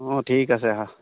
অঁ ঠিক আছে হা